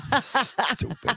Stupid